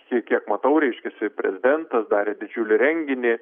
tiek kiek matau ryškiasi prezidentas darė didžiulį renginį